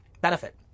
benefit